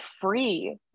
free